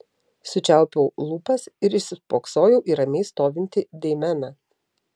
sučiaupiau lūpas ir įsispoksojau į ramiai stovintį deimeną